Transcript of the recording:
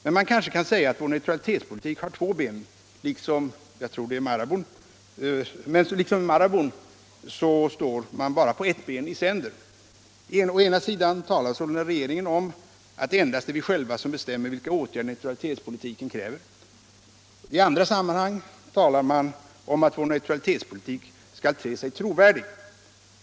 Kanske kan man dock säga att vår neutralitetspolitik har två ben men att vi liksom maraboun bara står på ett ben i sänder. Å ena sidan talar sålunda regeringen om att det endast är vi själva som bestämmer vilka åtgärder neutralitetspolitiken kräver. I andra sammanhang talar man om att vår neutralitetspolitik skall te sig trovärdig.